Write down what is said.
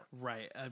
Right